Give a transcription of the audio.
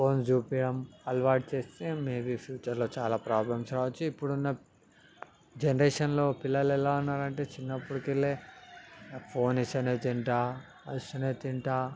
phone చూపించడం అలవాటు చేస్తే మే బీ ఫ్యూచర్లో చాలా ప్రాబ్లమ్స్ రావచ్చు ఇప్పుడున్న జనరేషన్లో ఉన్న పిల్లలు ఎలా ఉన్నారంటే చిన్నప్పుడుకెల్లే ఫోన్ ఇస్తేనే తింటా ఇస్తేనే తింటా